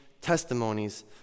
testimonies